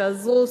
שעזרו,